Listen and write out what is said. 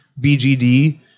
BGD